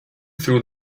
through